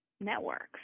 networks